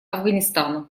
афганистану